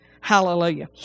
Hallelujah